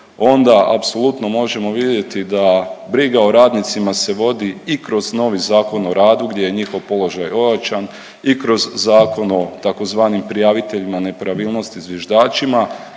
onda apsolutno možemo vidjeti da briga o radnicima se vodi i kroz novi Zakon o radu gdje je njihov položaj ojačan i kroz zakon o tzv. prijaviteljima nepravilnosti zviždačima,